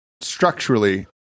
structurally